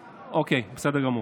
אוקיי, בסדר גמור.